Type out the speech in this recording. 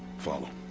follow.